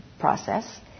process